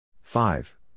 five